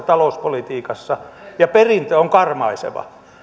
talouspolitiikassa ja perintö on karmaiseva